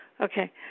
Okay